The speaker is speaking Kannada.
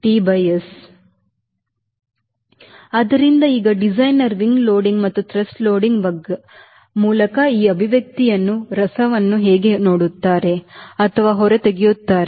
ಆದ್ದರಿಂದ ಈಗ ಡಿಸೈನರ್ ವಿಂಗ್ ಲೋಡಿಂಗ್ ಮತ್ತು ಥ್ರಸ್ಟ್ ಲೋಡಿಂಗ್ ಮೂಲಕ ಈ ಅಭಿವ್ಯಕ್ತಿಯಿಂದ ರಸವನ್ನು ಹೇಗೆ ನೋಡುತ್ತಾರೆ ಅಥವಾ ಹೊರತೆಗೆಯುತ್ತಾರೆ